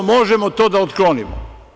Možemo to da otklonimo.